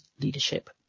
leadership